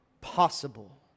possible